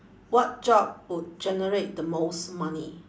what job would generate the most money